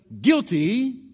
guilty